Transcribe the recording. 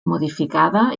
modificada